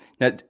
Now